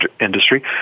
industry